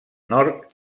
nord